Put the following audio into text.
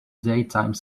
daytime